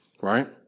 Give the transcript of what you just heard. Right